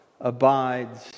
abides